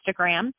Instagram